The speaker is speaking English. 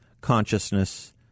consciousness